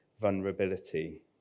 vulnerability